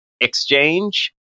exchange